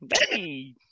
Hey